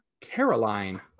Caroline